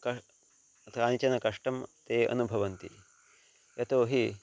कष्टं कानिचन कष्टं ते अनुभवन्ति यतो हि